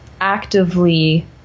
actively